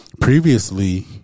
previously